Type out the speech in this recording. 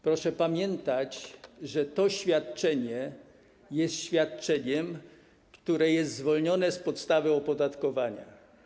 Proszę pamiętać, że to świadczenie jest świadczeniem, które jest zwolnione z podstawy opodatkowania.